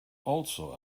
also